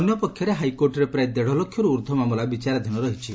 ଅନ୍ୟପକ୍ଷରେ ହାଇକୋର୍ଟରେ ପ୍ରାୟ ଦେତ୍ଲକ୍ଷରୁ ଊର୍ବ୍ଧ୍ବ ମାମଲା ବିଚାରାଧୀନ ରହିଛି